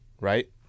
right